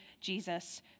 Jesus